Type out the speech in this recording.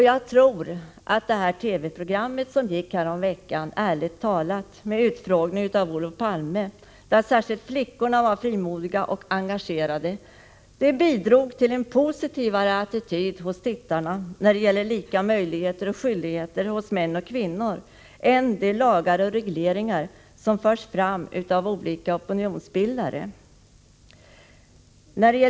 Jag tror att det TV-program som gick häromveckan, Ärligt talat, med utfrågning av Olof Palme — där särskilt flickorna var frimodiga och engagerade — bidrog till en positivare attityd hos tittarna när det gäller lika möjligheter och skyldigheter för män och kvinnor än de lagar och regleringar som förs fram av olika opinionsbildare.